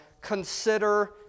consider